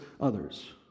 others